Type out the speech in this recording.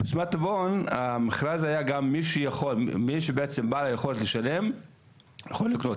בבסמת טבעון המכרז היה גם מי שבעצם בעל יכולת לשלם יכול לקנות,